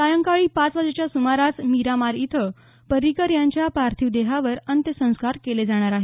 सायंकाळी पाच वाजेच्या सुमारास मिरामार इथं पर्रिकर यांच्या पार्थिव देहावर अंत्यसंस्कार केले जाणार आहेत